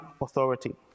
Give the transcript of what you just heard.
authority